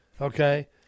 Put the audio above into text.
Okay